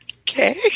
Okay